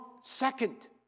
second